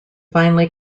finally